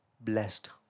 blessed